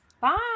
Bye